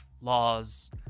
laws